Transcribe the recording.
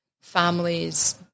families